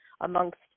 amongst